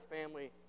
family